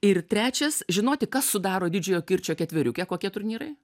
ir trečias žinoti kas sudaro didžiojo kirčio ketveriukę kokie turnyrai